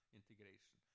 integration